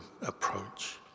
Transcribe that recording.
approach